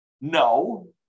no